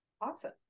Awesome